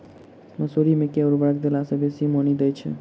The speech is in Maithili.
मसूरी मे केँ उर्वरक देला सऽ बेसी मॉनी दइ छै?